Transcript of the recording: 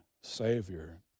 Savior